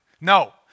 No